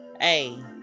Hey